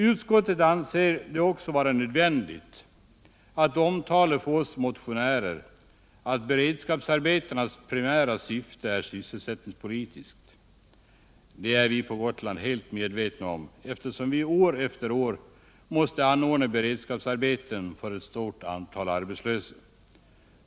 Utskottet anser det också vara nödvändigt att omtala för oss motionärer att beredskapsarbetenas primära syfte är sysselsättningspolitiskt. Det är vi på Gotland helt medvetna om, eftersom vi år efter år måste anordna beredskapsarbeten för ett stort antal arbetslösa.